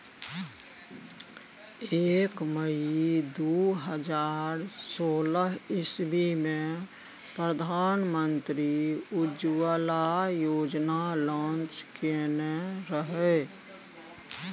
एक मइ दु हजार सोलह इस्बी मे प्रधानमंत्री उज्जवला योजना लांच केने रहय